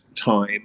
time